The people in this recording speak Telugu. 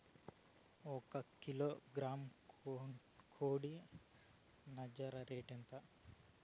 ఒక కిలోగ్రాము కోడి నంజర రేటు ఎంత?